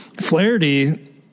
Flaherty